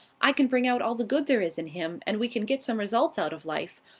i can bring out all the good there is in him, and we can get some results out of life,